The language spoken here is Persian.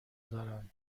دارن